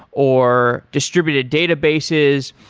or distributed databases,